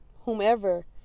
whomever